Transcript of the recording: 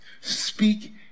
Speak